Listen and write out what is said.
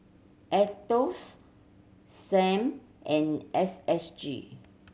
Aetos Sam and S S G